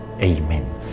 Amen